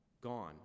gone